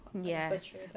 yes